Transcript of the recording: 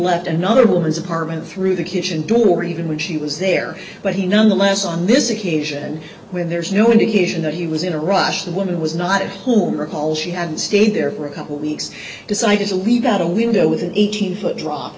left another woman's apartment through the kitchen door even when she was there but he nonetheless on this occasion where there's no indication that he was in a rush the woman was not at home recall she had stayed there for a couple weeks decided to leave got a window with an eighteen foot drop